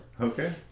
Okay